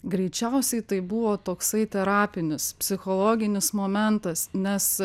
greičiausiai tai buvo toksai terapinis psichologinis momentas nes